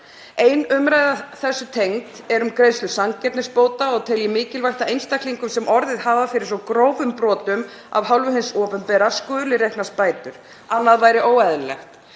Ein umræða þessu tengd er um greiðslu sanngirnisbóta og tel ég mikilvægt að einstaklingum sem orðið hafa fyrir svo grófum brotum af hálfu hins opinbera skuli reiknast bætur. Annað væri óeðlilegt.